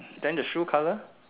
then the shoe color